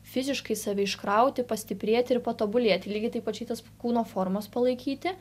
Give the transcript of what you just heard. fiziškai save iškrauti pastiprėti ir patobulėti lygiai taip pačiai tas kūno formas palaikyti